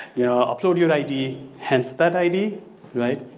you know, upload your id, hence that id right?